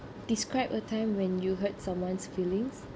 describe a time when you hurt someone's feelings